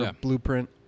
blueprint